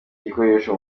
gikoresho